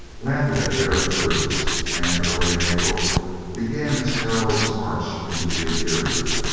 landed at vera cruz, and early in april began its perilous march into the interior.